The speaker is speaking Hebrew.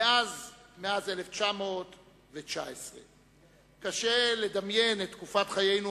מאז 1919. קשה לדמיין את תקופת חיינו